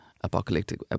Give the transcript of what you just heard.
apocalyptic